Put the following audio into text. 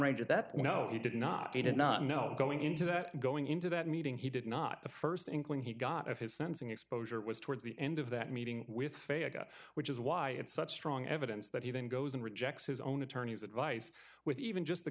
range that you know he did not he did not know going into that going into that meeting he did not the st inkling he got of his sensing exposure was towards the end of that meeting with feta which is why it's such strong evidence that he then goes and rejects his own attorney's advice with even just the